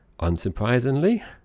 Unsurprisingly